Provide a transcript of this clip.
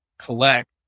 collect